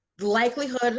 likelihood